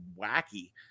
wacky